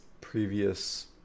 previous